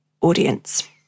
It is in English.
audience